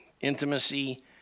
intimacy